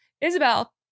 Isabel